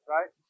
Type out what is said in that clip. Right